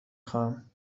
خواهم